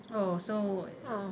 oh so